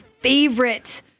favorite